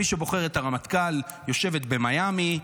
מי שבוחר את הרמטכ"ל יושבת במיאמי.